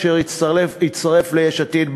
אשר הצטרף ליש עתיד,